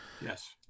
Yes